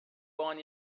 born